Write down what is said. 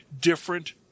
different